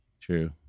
True